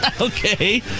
Okay